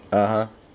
(uh huh)